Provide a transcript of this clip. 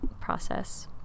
process